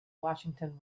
washington